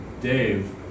Dave